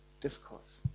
discourse